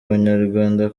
abanyarwanda